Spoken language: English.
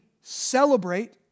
celebrate